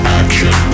action